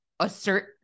assert